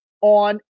on